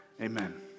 Amen